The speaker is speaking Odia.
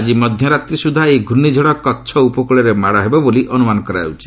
ଆଜି ମଧ୍ୟରାତ୍ରୀ ସୁଦ୍ଧା ଏହି ଘୁର୍ଷ୍ଣିଝଡ଼ କଚ୍ଛ ଉପକୂଳରେ ମାଡ଼ ହେବ ବୋଲି ଅନୁମାନ କରାଯାଉଛି